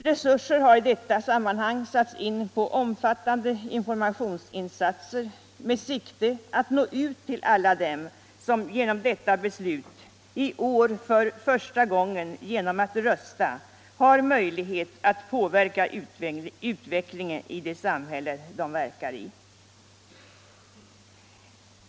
Resurser har i detta sammanhang satts in på omfattande informationsinsatser med sikte på att nå ut till alla dem som på grund av detta beslut i år för första gången genom alt rösta har möjlighet att påverka utvecklingen i det samhälle de verkar i.